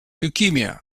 leukemia